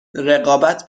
رقابت